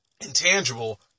intangible